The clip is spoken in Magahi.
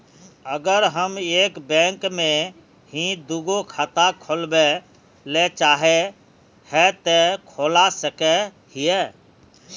अगर हम एक बैंक में ही दुगो खाता खोलबे ले चाहे है ते खोला सके हिये?